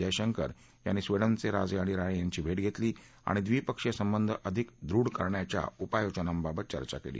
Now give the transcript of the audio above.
जयशंकर यांनी स्विडनच राज ञाणि राणी यांची भट्टघरत्त्वी आणि द्विपक्षीय संबंध अधिक दृढ करण्याच्या उपाययोजनांबाबत चर्चा क्ली